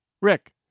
Rick